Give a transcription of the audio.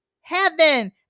heaven